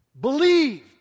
Believed